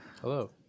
hello